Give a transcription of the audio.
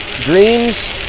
dreams